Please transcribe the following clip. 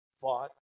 fought